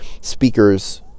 speakers